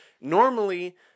Normally